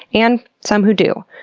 and some who do.